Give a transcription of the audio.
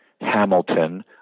Hamilton